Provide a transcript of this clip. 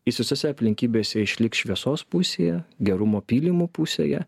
jis visose aplinkybėse išliks šviesos pusėje gerumo pylimų pusėje